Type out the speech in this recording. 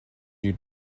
you